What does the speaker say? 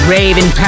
Raven